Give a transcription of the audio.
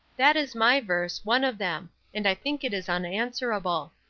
that is my verse, one of them and i think it is unanswerable.